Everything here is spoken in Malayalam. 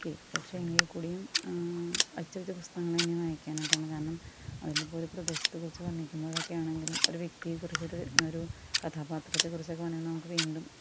ഓക്കേ പക്ഷേ എങ്കിൽക്കൂടിയും അച്ചടിച്ച പുസ്തകങ്ങൾ തന്നെ വായിക്കാനായിട്ടാണ് കാരണം അതിലിപ്പം ഒരു പ്രദേശത്തെ കുറിച്ച് വർണിക്കുമ്പോഴൊക്കെ ആണെങ്കിലും ഒരു വ്യക്തിയെക്കുറിച്ചൊരു ഒരു കഥാപാത്രത്തെക്കുറിച്ച് ഒക്കെ വേണമെങ്കിൽ നമുക്ക് വീണ്ടും